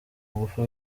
ngufu